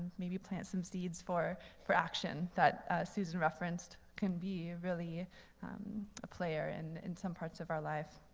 maybe plant some seeds for for action that susan referenced can be really a player in in some parts of our life.